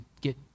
get